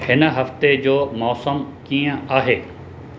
हिन हफ़्ते जो मौसमु कीअं आहे